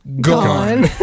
Gone